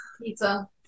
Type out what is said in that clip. Pizza